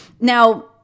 now